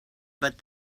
but